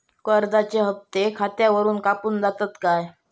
कर्जाचे हप्ते खातावरून कापून जातत काय?